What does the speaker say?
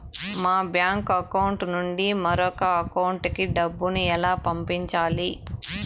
మా bank account నుండి మరొక అకౌంట్ కు డబ్బును ఎలా పంపించాలి